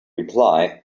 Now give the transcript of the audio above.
reply